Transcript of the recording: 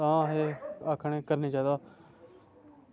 तां आक्खने करना चाहिदा